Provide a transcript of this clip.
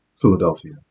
Philadelphia